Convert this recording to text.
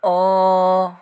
অঁ